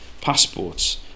passports